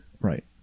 Right